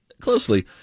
closely